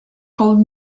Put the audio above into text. called